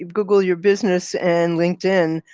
google your business and linkedin,